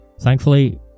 Thankfully